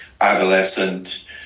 adolescent